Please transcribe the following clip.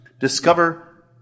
Discover